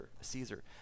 Caesar